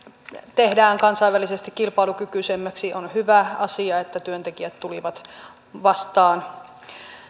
tehdään kansainvälisesti kilpailukykyisemmäksi on hyvä asia että työntekijät tulivat vastaan